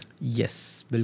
Yes